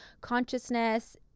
consciousness